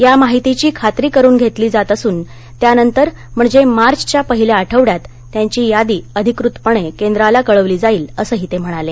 या माहितीची खात्री करून घेतली जात असून त्यानंतर म्हणजे मार्चच्या पहिल्या आठवड्यात त्याची यादी अधिकृतपणे केंद्राला कळवली जाईल असं ही ते म्हणाले